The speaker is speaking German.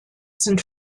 sind